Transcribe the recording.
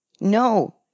No